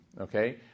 Okay